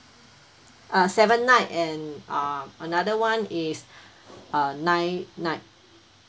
uh seven night and uh another one is uh nine night